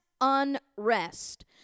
unrest